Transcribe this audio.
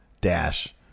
Dash